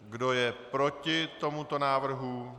Kdo je proti tomuto návrhu?